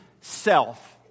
self